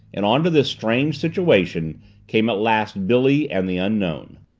and onto this strained situation came at last billy and the unknown.